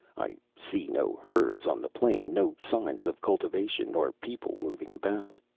i see no herds on the plain, no signs of cultivation, or people moving about.